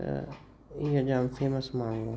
त इहे जाम फेमस माण्हू हुआ